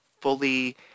fully